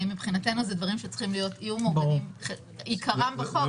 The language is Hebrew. מבחינתנו אלו דברים שצריכים להיות מאורגנים בעיקרם בחוק.